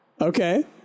Okay